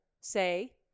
say